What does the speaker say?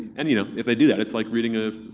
and you know if they do that, it's like reading a.